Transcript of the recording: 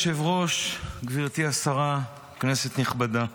אדוני היושב-ראש, גברתי השרה, כנסת נכבדה,